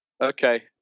Okay